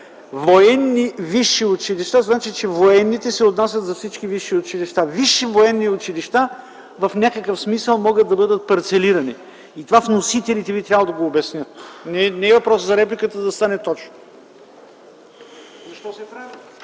военни висши училища значи, че „военните” се отнасят за всички висши училища. Висши военни училища в някакъв смисъл могат да бъдат парцелирани и това вносителите би трябвало да го обяснят, за да стане точно.